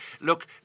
look